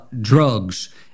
drugs